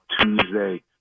Tuesday